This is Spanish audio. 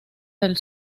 del